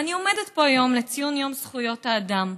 ואני עומדת פה היום, בציון יום זכויות האדם,